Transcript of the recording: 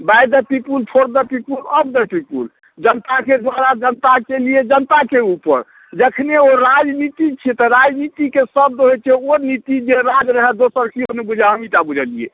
by the people for the people of the people जनताके द्वारा जनताके लिए जनताके ऊपर जखने ओ राजनीति छियै तऽ राजनीतिके शब्द होयत छै ओ नीति जे राज्य रहै दोसर केओ नहि बुझै हमहींँ टा बुझलियै